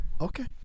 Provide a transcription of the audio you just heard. Okay